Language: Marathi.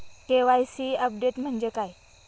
के.वाय.सी अपडेट म्हणजे काय?